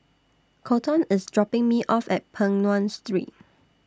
Kolton IS dropping Me off At Peng Nguan Street